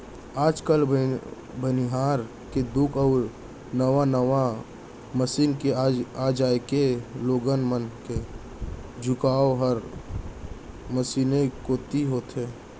आज काल बनिहार के दुख अउ नावा नावा मसीन के आ जाए के लोगन मन के झुकाव हर मसीने कोइत होथे